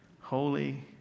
holy